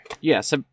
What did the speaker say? Yes